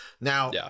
Now